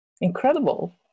incredible